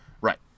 Right